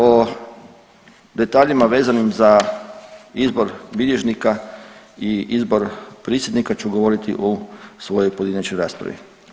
O detaljima vezanim za izbor bilježnika i izbor prisjednika ću govoriti u svojoj pojedinačnoj raspravi.